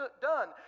done